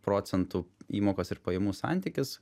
procentų įmokos ir pajamų santykis